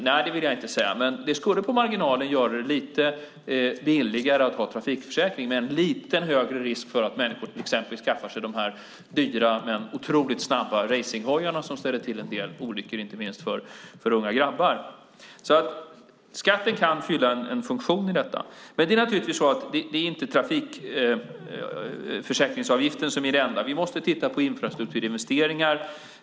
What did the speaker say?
Nej, det vill jag inte säga, men det skulle på marginalen göra det lite billigare att ha trafikförsäkring och ge en lite högre risk för att människor vill skaffa sig dyra men otroligt snabba racinghojar som ställer till en del olyckor inte minst bland unga grabbar. Skatten kan fylla en funktion i detta. Men det är inte trafikförsäkringsavgiften som är det enda viktiga. Vi måste titta på infrastrukturinvesteringar.